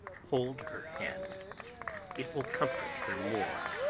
hold her hand it will comfort her more.